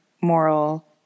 moral